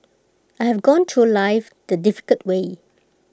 I have gone through life the difficult way